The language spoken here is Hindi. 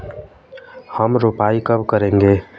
हम रोपाई कब करेंगे?